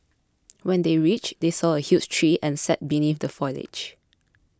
when they reached they saw a huge tree and sat beneath the foliage